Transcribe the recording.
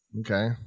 Okay